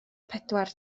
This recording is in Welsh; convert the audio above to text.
pedwar